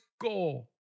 goal